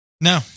No